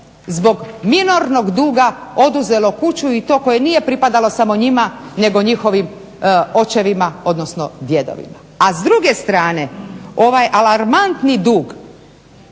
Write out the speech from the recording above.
zbog minornog duga oduzelo kuću i to koje nije pripadala samo njima nego njihovim očevima odnosno djedovima. A s druge strane ovaj alarmantni dug